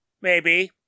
Maybe